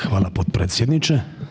Hvala potpredsjedniče.